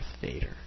Vader